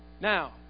Now